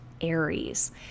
Aries